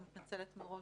אני מתנצלת מראש,